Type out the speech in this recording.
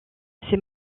ses